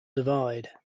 divide